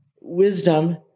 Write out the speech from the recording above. wisdom